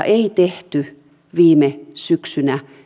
ei tehty viime syksynä